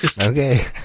Okay